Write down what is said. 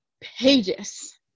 pages